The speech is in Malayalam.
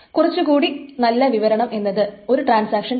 കുറച്ചു കൂടി നല്ല വിവരണം എന്നത് ഒരു ട്രാൻസാക്ഷൻ Ti x നെ റീഡ് ചെയ്യുകയാണ്